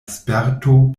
sperto